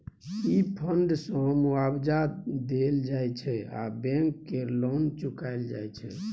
ई fund सँ मुआबजा देल जाइ छै आ बैंक केर लोन चुकाएल जाइत छै